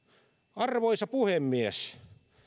arvoisa puhemies